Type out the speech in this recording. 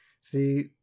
See